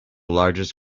largest